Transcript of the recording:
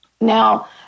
Now